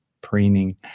preening